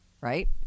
right